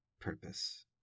purpose